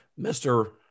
Mr